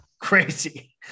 Crazy